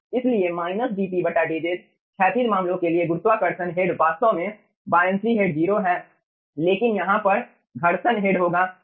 इसलिए -dpdz क्षैतिज मामलों के लिए गुरुत्वाकर्षण हेड वास्तव में बायअंशी हेड 0 है लेकिन यहां पर घर्षण हेड होगा